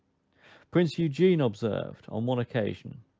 prince eugene observed, on one occasion,